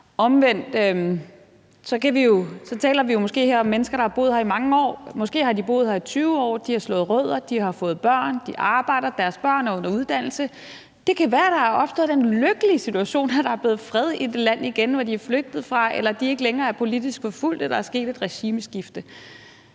Omvendt taler vi jo måske her om mennesker, der har boet her i mange år. Måske har de boet her i 20 år og har slået rødder, fået børn og arbejder, og deres børn er under uddannelse. Det kan være, at der er opstået den lykkelige situation, at der er blevet fred igen i det land, hvor de er flygtet fra, eller at de ikke længere er politisk forfulgte, fordi der er sket et regimeskifte.